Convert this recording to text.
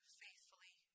faithfully